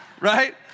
Right